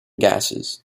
gases